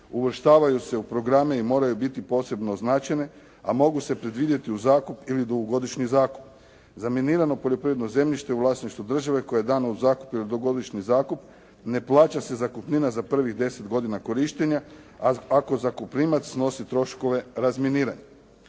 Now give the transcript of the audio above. Uvrštavaju se u programe i moraju biti posebno označeni, a mogu se preduvjeti u zakup ili dugogodišnji zakup. Za minirano poljoprivredno zemljište u vlasništvu države koje je dano u zakup, u dvogodišnji zakup, ne plaća se zakupnina za prvih 10 godina korištenja, ako zakuprimac snosi troškove razminiravanja.